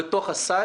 זה שירות חשוב